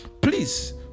Please